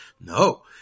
No